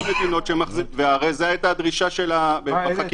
יש מדינות - וזו היתה הדרישה של החקיקה,